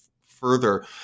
further